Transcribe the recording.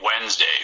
Wednesday